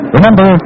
Remember